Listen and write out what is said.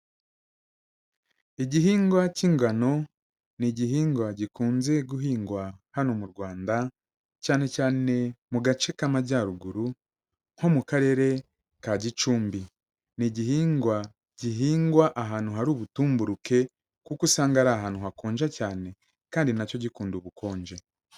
Igihingwa k'ingano, ni igihingwa gikunze guhingwa hano mu Rwanda, cyane cyane mu gace k'amajyaruguru nko mu Karere ka Gicumbi, ni igihingwa gihingwa ahantu hari ubutumburuke kuko usanga ari ahantu hakonja cyane kandi na cyo gikunda ubukonje.